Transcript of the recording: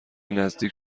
نزدیک